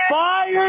Fire